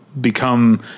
become